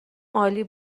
عالی